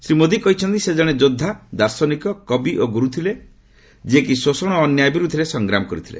ଶ୍ରୀ ମୋଦୀ କହିଛନ୍ତି ସେ ଜଣେ ଯୋଦ୍ଧା ଦର୍ଶନିକ କବି ଓ ଗୁରୁ ଥିଲେ ଯିଏ କି ଶୋଷଣ ଓ ଅନ୍ୟାୟ ବିରୁଦ୍ଧରେ ସଂଗ୍ରାମ କରିଥିଲେ